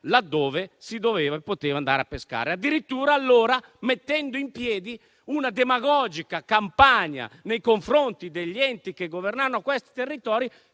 laddove si doveva e poteva andare a pescare. E lo si fece addirittura, allora, mettendo in piedi una demagogica campagna nei confronti degli enti che governano questi territori